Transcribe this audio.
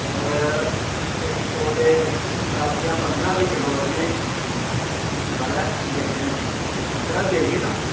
अगर इक सौ ते दस्स जां पंदरां रपे किलो तुसेंगी मतलब बेचना पंदरां बी बेचगे ना